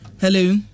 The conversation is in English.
Hello